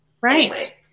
Right